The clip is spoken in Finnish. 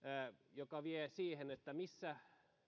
mikä vie siihen